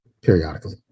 periodically